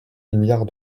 milliards